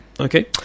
Okay